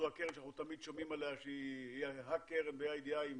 זו הקרן שאנחנו תמיד שומעים עליה שהיא הקרן בה"א הידיעה,